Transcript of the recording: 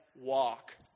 walk